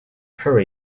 for